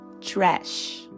Trash